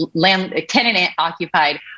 tenant-occupied